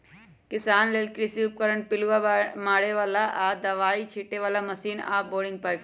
किसान लेल कृषि उपकरण पिलुआ मारे बला आऽ दबाइ छिटे बला मशीन आऽ बोरिंग पाइप